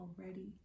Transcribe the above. already